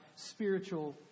spiritual